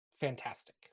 fantastic